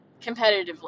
competitively